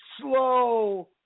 slow